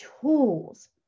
tools